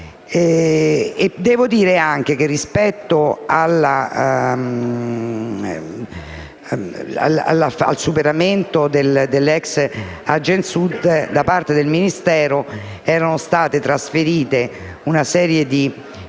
pure che, rispetto al superamento dell’ex Agensud, da parte del Ministero erano state trasferite una serie di